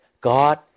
God